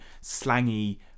slangy